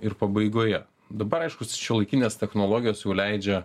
ir pabaigoje dabar aišku su šiuolaikinės technologijos jau leidžia